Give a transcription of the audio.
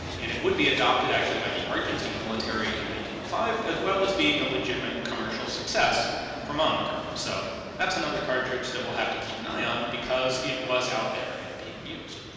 and it would be adopted actually by the argentine military in five, as well as being a legitimate commercial success for mannlicher. so that's another cartridge that we'll have to keep an eye on because it was out there and being used.